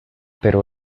pero